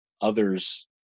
Others